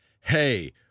hey